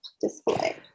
display